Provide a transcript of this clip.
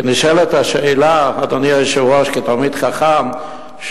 כי נשאלת השאלה, אדוני היושב-ראש, כתלמיד חכם: